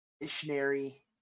missionary